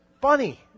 funny